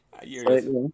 Years